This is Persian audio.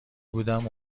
بودم